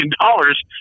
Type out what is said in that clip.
dollars